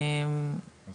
כל